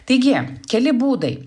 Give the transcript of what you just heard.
taigi keli būdai